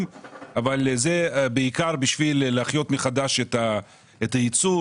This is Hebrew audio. אבל זה בעיקר בשביל להחיות מחדש את הייצור,